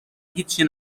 هیچی